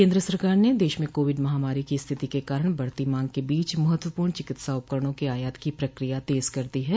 केन्द्र सरकार ने देश में कोविड महामारी की स्थिति के कारण बढती मांग के बीच महत्वपूर्ण चिकित्सा उपकरणों के आयात की प्रकिया तेज कर दी है